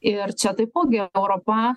ir čia taipogi europa